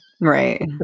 Right